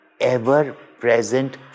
ever-present